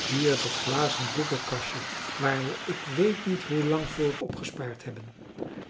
hier dat glazen boekenkastje waar we ik weet niet hoe lang voor opgespaard hebben